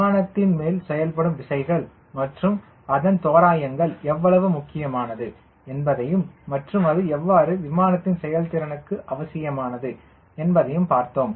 விமானத்தின் மேல் செயல்படும் விசைகள் மற்றும் அதன் தோராயங்கள் எவ்வளவு முக்கியமானது என்பதையும் மற்றும் அது எவ்வாறு விமானத்தின் செயல்திறனுக்கு அவசியமானது என்பதை பார்த்தோம்